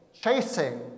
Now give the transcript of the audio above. chasing